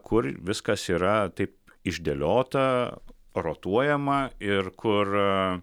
kur viskas yra taip išdėliota rotuojama ir kur